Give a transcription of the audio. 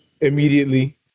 immediately